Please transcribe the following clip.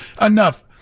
enough